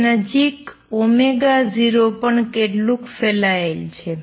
તે નજીક 0 પણ કેટલુક ફેલાયેલ છે